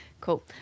cool